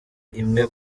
imwe